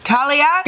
Talia